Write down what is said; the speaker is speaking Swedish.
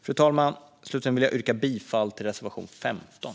Fru talman! Slutligen vill jag yrka bifall till reservation 15.